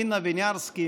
אינה ויניארסקי,